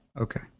Okay